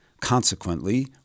Consequently